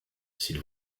s’il